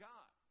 God